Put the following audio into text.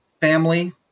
family